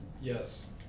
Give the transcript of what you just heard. Yes